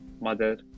mother